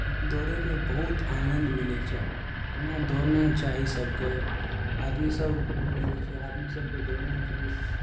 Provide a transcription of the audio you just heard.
दौड़यमे बहुत आनन्द मिलय छै एना दौड़ना चाही सबके आदमी सब की कहय छै आदमी सबके दौड़ना चाही